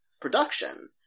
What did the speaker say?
production